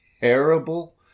terrible